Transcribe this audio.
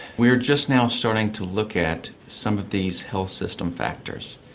we are just now starting to look at some of these health system factors.